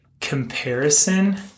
comparison